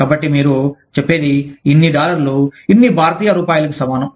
కాబట్టి మీరు చెప్పేది ఇన్ని డాలర్లు ఇన్నిభారతీయ రూపాయిలకు సమానం